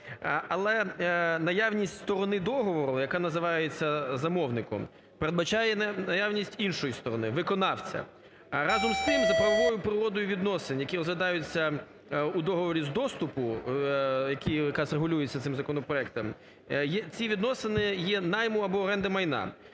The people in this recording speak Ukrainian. Але наявність сторони договору, яка являється "замовником" передбачає наявність іншої сторони – "виконавця". Разом з тим за правовою природою відносин, які розглядаються у договорі з доступу, які якраз регулюються цим законопроектом, ці відносини є найму або оренди майна